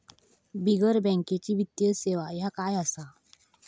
बिगर बँकेची वित्तीय सेवा ह्या काय असा?